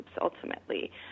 ultimately